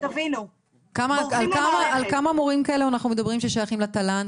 כמה מורים שייכים למסגרת התל"ן?